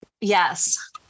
Yes